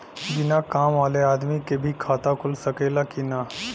बिना काम वाले आदमी के भी खाता खुल सकेला की ना?